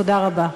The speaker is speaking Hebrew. תודה רבה.